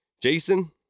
Jason